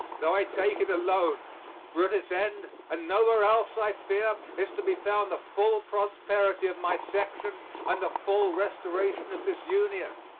though i take it alone for at its end, and nowhere else, i fear, is to be found the full prosperity of my section and the full restoration of this union.